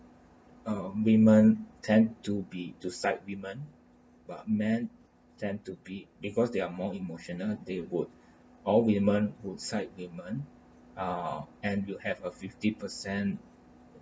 uh women tend to be to side women but men tend to be because they are more emotional they would all women would side women uh and will have a fifty percent